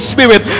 Spirit